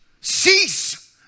Cease